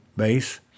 base